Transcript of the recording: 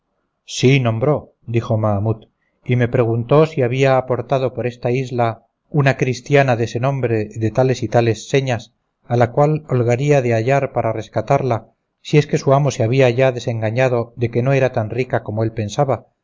sí nombró dijo mahamut y me preguntó si había aportado por esta isla una cristiana dese nombre de tales y tales señas a la cual holgaría de hallar para rescatarla si es que su amo se había ya desengañado de que no era tan rica como él pensaba